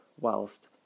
whilst